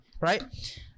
Right